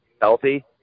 healthy